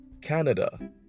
Canada